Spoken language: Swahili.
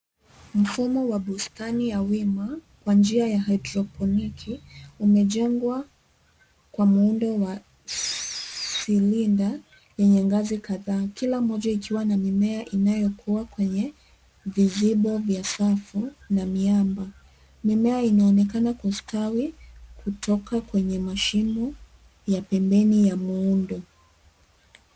Mfumo wa bustani ya wima wa njia ya haidroponiki umejengwa kwa muundo wa silinda yenye ngazi kadhaa. Kila moja ikiwa na mimea inayokuwa kwenye vizibo vya safu na miamba. Mimea inaonekana kustawi kutoka kwenye mashimo ya pembeni ya muundo.